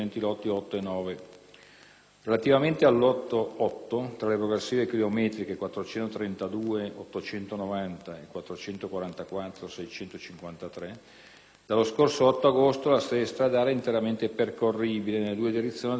Relativamente al lotto 8, tra le progressive chilometriche 432-890 e 444-653, dallo scorso 8 agosto la sede stradale è interamente percorribile nelle due direzioni a doppio senso di marcia.